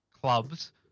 clubs